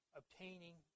obtaining